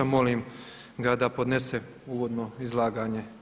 Molim ga da podnese uvodno izlaganje.